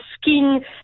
skin